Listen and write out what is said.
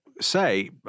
say